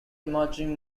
emerging